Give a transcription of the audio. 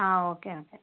ആ okay okay